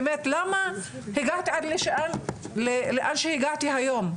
באמת למה הגעתי עד לאן שהגעתי היום.